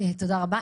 תודה רבה.